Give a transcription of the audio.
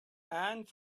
and